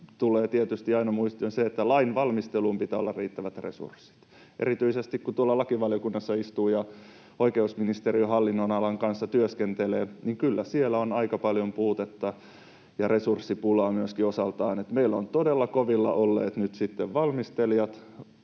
tulee tietysti aina muistaa se, että lainvalmisteluun pitää olla riittävät resurssit. Erityisesti kun tuolla lakivaliokunnassa istuu ja oikeusministeriön hallinnonalan kanssa työskentelee, niin kyllä siellä on aika paljon puutetta ja resurssipulaa myöskin osaltaan — että meillä ovat todella kovilla olleet nyt sitten valmistelijat